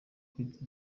kwita